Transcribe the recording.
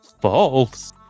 false